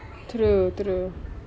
true true